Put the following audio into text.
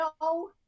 no